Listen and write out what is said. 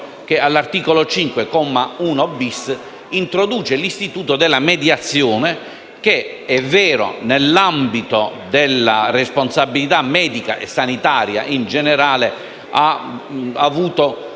che all'articolo 5, comma 1-*bis*, introduce l'istituto della mediazione che nell'ambito della responsabilità medica e sanitaria in generale ha avuto